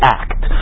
act